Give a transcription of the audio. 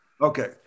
Okay